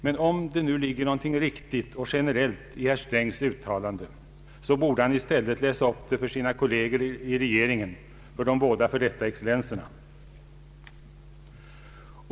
Men om det ligger något riktigt och generellt i herr Strängs uttalande, så borde han i stället läsa upp det för sina kolleger i regeringen, för de båda f.d. excellenserna.